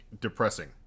depressing